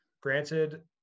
granted